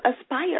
aspire